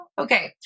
Okay